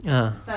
ah